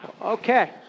Okay